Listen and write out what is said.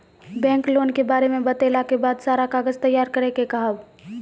Bank loan के बारे मे बतेला के बाद सारा कागज तैयार करे के कहब?